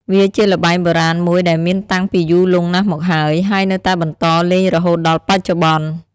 វាជាល្បែងបុរាណមួយដែលមានតាំងពីយូរលង់ណាស់មកហើយ ហើយនៅតែបន្តលេងរហូតដល់បច្ចុប្បន្ន ។